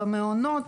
במעונות,